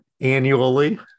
annually